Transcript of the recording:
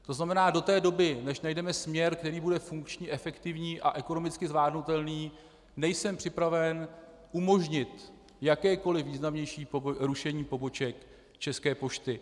To znamená, že do té doby, než najdeme směr, který bude funkční, efektivní a ekonomicky zvládnutelný, nejsem připraven umožnit jakékoliv významnější rušení poboček České pošty.